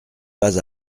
pas